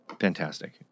Fantastic